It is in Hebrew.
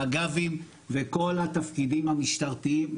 מג"בים וכל התפקידים המשטרתיים.